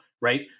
right